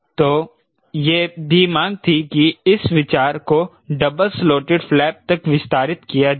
तो यह भी मांग थी कि इस विचार को डबल स्लोटेड फ्लैप तक विस्तारित किया जाए